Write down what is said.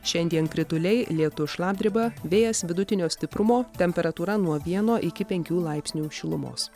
šiandien krituliai lietus šlapdriba vėjas vidutinio stiprumo temperatūra nuo vieno iki penkių laipsnių šilumos